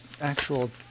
actual